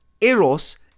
eros